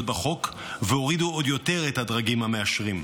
בחוק והורידו עוד יותר את הדרגים המאשרים.